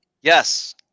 Yes